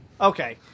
okay